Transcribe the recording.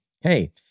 hey